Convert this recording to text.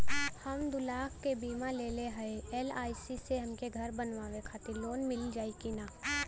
हम दूलाख क बीमा लेले हई एल.आई.सी से हमके घर बनवावे खातिर लोन मिल जाई कि ना?